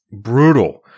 brutal